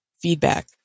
feedback